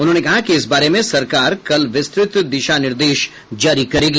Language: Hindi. उन्होंने कहा कि इस बारे में सरकार कल विस्तृत दिशा निर्देश जारी करेगी